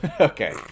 Okay